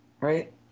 right